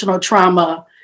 trauma